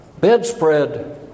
bedspread